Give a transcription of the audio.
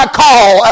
call